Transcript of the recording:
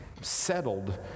settled